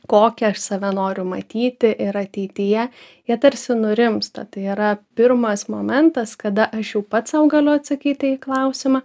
kokią aš save noriu matyti ir ateityje jie tarsi nurimsta tai yra pirmas momentas kada aš jau pats sau galiu atsakyti į klausimą